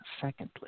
secondly